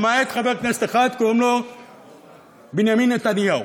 למעט חבר כנסת אחד, קוראים לו בנימין נתניהו.